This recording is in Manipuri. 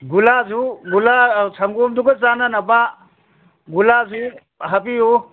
ꯒꯨꯂꯥꯁꯨ ꯒꯨꯂꯥ ꯁꯪꯒꯣꯝꯗꯨꯒ ꯆꯥꯟꯅꯅꯕ ꯒꯨꯂꯥꯁꯨ ꯍꯥꯞꯄꯤꯌꯨ